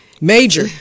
Major